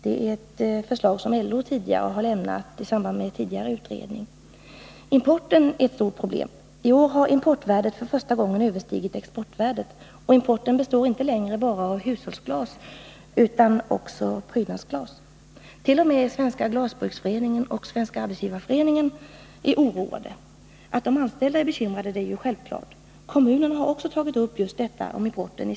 LO har föreslagit detta i samband med en tidigare utredning. Importen är ett stort problem. I år har importvärdet för första gången överstigit exportvärdet. Importen består inte längre av bara hushållsglas utan också av prydnadsglas. T. o. m. Svenska glasbruksföreningen och Svenska arbetsgivareföreningen är oroade. Att de anställda är bekymrade är ju självklart. Kommunen har också i sina remissvar tagit upp just importen.